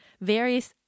Various